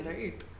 right